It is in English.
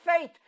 faith